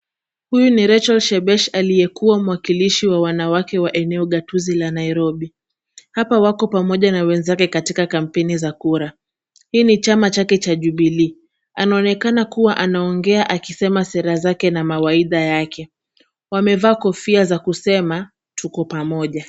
Huyu ni Rachel Shebesh aliyekuwa mwakilishi wa wanawake wa eneo gatuzi la Nairobi, hapa wako pamoja na wenzake katika kampeni za kura, hiki ni chama chake cha Jubilee, anaonekana kuwa anaongea akisema sera zake na mawaidha yake, wamevaa kofia za kusema tuko pamoja.